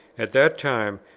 at that time,